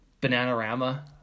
Banana-rama